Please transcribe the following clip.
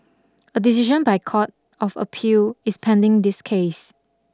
a decision by Court of Appeal is pending this case